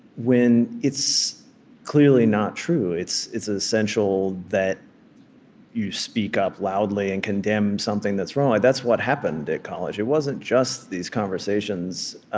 when it's clearly not true. it's it's essential that you speak up loudly and condemn something that's wrong. that's what happened at college. it wasn't just these conversations.